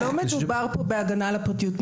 לא מדובר כאן בהגנה על הפרטיות.